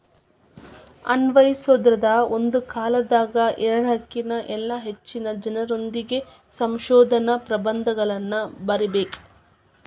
ಅನ್ವಯಿಸೊದಾದ್ರ ಒಂದ ಕಾಲದಾಗ ಎರಡಕ್ಕಿನ್ತ ಇಲ್ಲಾ ಹೆಚ್ಚಿನ ಜನರೊಂದಿಗೆ ಸಂಶೋಧನಾ ಪ್ರಬಂಧಗಳನ್ನ ಬರಿಬೇಕ್